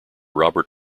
robert